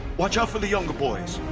watch out for the younger boys!